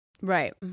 Right